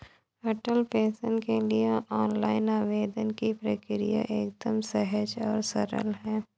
अटल pension के लिए online आवेदन की प्रक्रिया एकदम सहज और सरल है